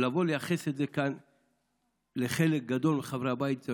לבוא ולייחס את זה לחלק גדול מחברי הבית כאן,